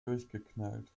durchgeknallt